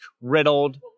riddled